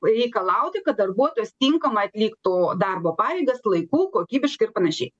reikalauti kad darbuotojas tinkamai atliktų darbo pareigas laiku kokybiškai ir panašiai